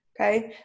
Okay